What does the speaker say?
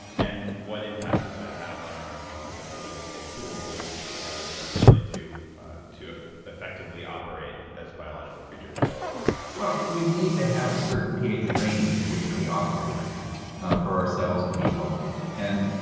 and what impact does that have on our ability to stay cool so to speak but our our ability to to ah effectively operate as biological creatures? steve well, we need to have a certain ph range in which we operate for ourselves to be healthy and